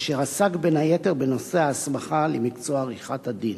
אשר עסק בין היתר בנושא ההסמכה למקצוע עריכת-הדין.